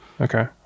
Okay